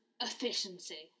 efficiency